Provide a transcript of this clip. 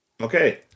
Okay